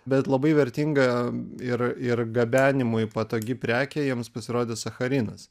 bet labai vertinga ir ir gabenimui patogi prekė jiems pasirodė sacharinas